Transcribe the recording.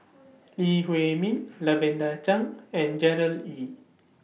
Lee Huei Min Lavender Chang and Gerard Ee